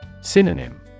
Synonym